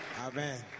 Amen